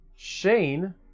Shane